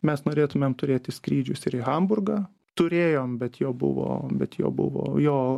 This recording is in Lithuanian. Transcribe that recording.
mes norėtumėm turėti skrydžius ir į hamburgą turėjom bet jo buvo bet jo buvo jo